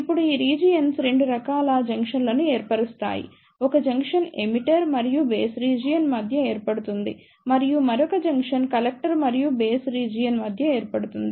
ఇప్పుడు ఈ రీజియన్స్ 2 రకాల జంక్షన్లను ఏర్పరుస్తాయి ఒక జంక్షన్ ఎమిటర్ మరియు బేస్ రీజియన్ మధ్య ఏర్పడుతుంది మరియు మరొక జంక్షన్ కలెక్టర్ మరియు బేస్ రీజియన్ మధ్య ఏర్పడుతుంది